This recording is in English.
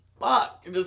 fuck